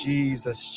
Jesus